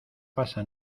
pasa